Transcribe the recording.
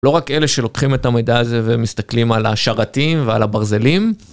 לא רק אלה שלוקחים את המידע הזה ומסתכלים על השרתים ועל הברזלים.